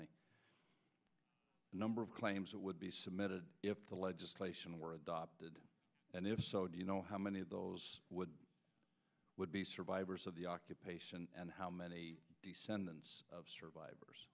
make number of claims that would be submitted if the legislation were adopted and if so do you know how many of those would be survivors of the occupation and how many descendants of survivors